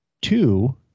two